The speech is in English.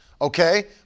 Okay